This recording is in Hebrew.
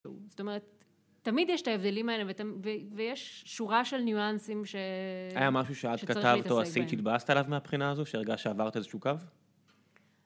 זאת אומרת, תמיד יש את ההבדלים האלה, ויש שורה של ניואנסים שצריך להתעסק בהם. היה משהו שאת כתבת או עשית, שהתבאסת עליו מהבחינה הזו, שהרגשת שעברת איזשהו קו?